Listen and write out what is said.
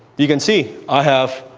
you can see, i have